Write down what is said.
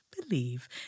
believe